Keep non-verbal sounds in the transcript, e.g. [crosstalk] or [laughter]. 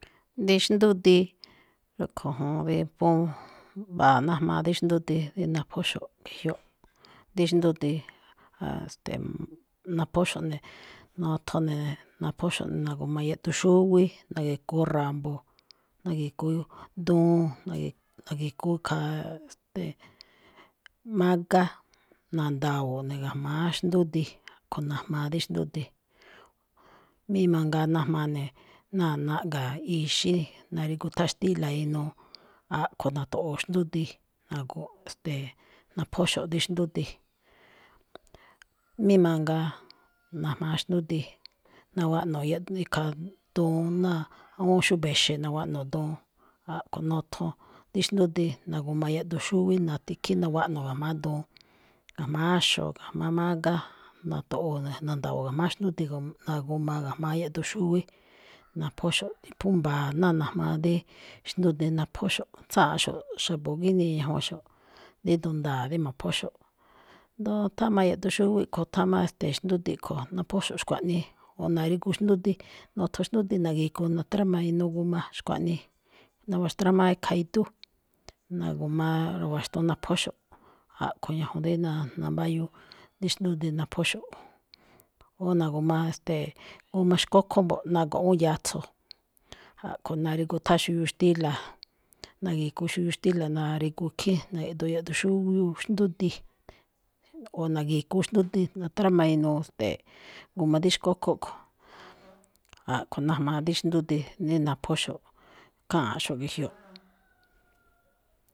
Dí xndúdiin rúꞌkho̱ juun rí phú mba̱a̱ najmaa rí xndúdiin rí naphóxo̱ꞌ ge̱jyoꞌ, dí xndúdiin, a ste̱e̱, naphóxo̱ꞌ ne̱, nothon ne̱ naphóxo̱ꞌ, na̱gu̱ma yaꞌduun xúwí, na̱ge̱goo ra̱mbo̱, na̱ge̱goo duun, na̱ge̱goo khaa, ste̱e̱, [hesitation] mágá, na̱nda̱wo̱o̱ꞌ ne̱ ga̱jma̱á xndúdiin. A̱ꞌkho̱ najmaa dí xdúdiin. Mí mangaa najmaa ne̱, náa naꞌga̱ ixí, na̱ri̱gu tháan xtíla̱ inuu. [noise] a̱ꞌkho̱ na̱to̱ꞌo̱o̱ xndúdiin. A̱ꞌkho̱-e̱ste̱e̱ naphóxo̱ꞌ dí xdúdiin. [noise] [hesitation] mí mangaa, [noise] najmaa xndúdiin, nawaꞌno̱ yaꞌ-ikhaa [noise] duun náa awúun xúba̱ exe̱ nawaꞌno̱ duun, a̱ꞌkho̱ nothon dí xndúdiin, na̱gu̱ma yaꞌduun xúwí, [noise] nati khín nawaꞌno̱ ga̱jma̱á duun, ga̱jma̱á áxo̱ ga̱jma̱á mágá, na̱to̱ꞌo̱o̱ ne̱, na̱nda̱wo̱o̱ꞌ na̱ ga̱jma̱á xndúdiin nag- g [hesitation] a ga̱jma̱á yaꞌduun xúwí, [noise] naphóxo̱ꞌ. Phú mba̱a̱ ná najmaa dí xndúndiin naphóxo̱ꞌ, tsáanꞌxo̱ꞌ xa̱bo̱ gíníi ñajwanxo̱ꞌ, édo̱ nda̱a̱ dí mo̱phóxo̱ꞌ. Ndo̱ó tháan má yaꞌduun xúwí kho̱, tháan má, e̱ste̱e̱, xndúdiin kho̱, naphóxo̱ꞌ xkuaꞌnii, [noise] o na̱rigu xndúdiin, nothon [noise] xndúdiin na̱rigu, natráma inuu g [hesitation] a xkuaꞌnii, [noise] nawaxtrámáá ikhaa idú, na̱gu̱maa [noise] rwaxtu naphóxo̱ꞌ. A̱ꞌkho̱ ñajuun dí náa nambáyúu [noise] dí xndúdiin naphóxo̱ꞌ, o na̱gu̱ma, ste̱e̱ g [hesitation] a xkókhó mbo̱ꞌ, nago̱ꞌ awúun yatso̱, a̱ꞌkho̱ na̱rigu tháan xuyuu xtíla̱, na̱rigu xuyuu xtíla̱, na̱ri̱gu khín, [noise] na̱gi̱ꞌdoo yaꞌduun xúviúu xndúdiin, o na̱gi̱gu xndúdiin [noise] natráma inuu, ste̱e̱ꞌ, g [hesitation] a dí xkókhó kho̱. [noise] a̱ꞌkho̱ najmaa dí xndúdiin, dí naphóxo̱ꞌ, kháanꞌxo̱ꞌ ge̱jyoꞌ. [noise]